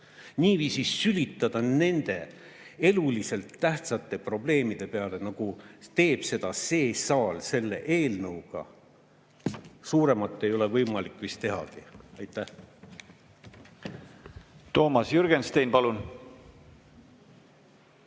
niiviisi sülitada nende eluliselt tähtsate probleemide peale, nagu teeb seda see saal selle eelnõuga – suuremalt ei ole seda võimalik vist tehagi. Aitäh! Toomas Jürgenstein, palun!